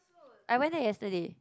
I went there yesterday